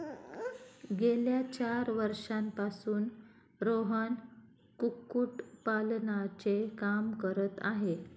गेल्या चार वर्षांपासून रोहन कुक्कुटपालनाचे काम करत आहे